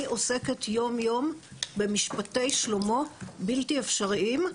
אני עוסקת יום-יום במשפטי שלמה בלתי אפשריים.